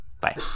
Bye